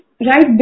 right